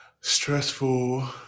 stressful